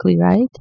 right